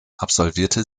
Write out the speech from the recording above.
absolvierte